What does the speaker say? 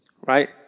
right